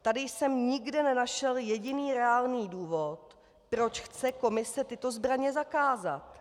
Tady jsem nikde nenašel jediný reálný důvod, proč chce Komise tyto zbraně zakázat.